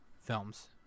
films